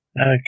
Okay